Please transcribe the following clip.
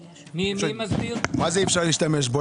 מה זה אומר שאי אפשר להשתמש בו?